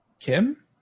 Kim